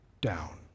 down